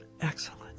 excellent